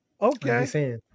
Okay